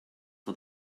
for